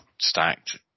stacked